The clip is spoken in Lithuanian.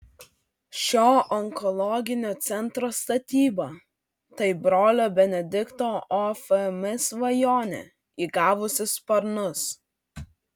šio onkologinio centro statyba tai brolio benedikto ofm svajonė įgavusi sparnus